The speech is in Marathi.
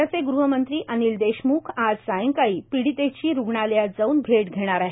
राज्याचे गृहमंत्री अनिल देशम्ख आज सायंकाळी पिडीतेची रूग्णालयात जाऊन भेट घेणार आहे